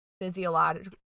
physiological